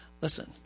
listen